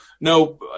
no